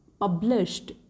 published